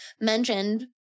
mentioned